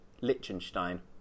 Liechtenstein